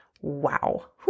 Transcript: Wow